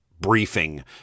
briefing